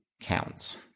counts